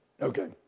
Okay